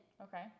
Okay